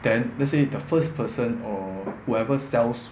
then let's say the first person or whoever sells